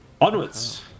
onwards